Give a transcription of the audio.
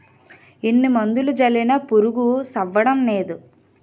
ఎన్ని మందులు జల్లినా పురుగు సవ్వడంనేదు